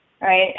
right